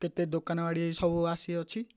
କେତେ ଦୋକାନବାଡ଼ି ସବୁ ଆସିଅଛି